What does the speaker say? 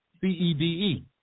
C-E-D-E